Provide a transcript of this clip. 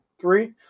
three